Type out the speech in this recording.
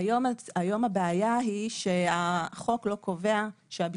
היום הבעיה היא שהחוק לא קובע שאנחנו יכולים